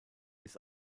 ist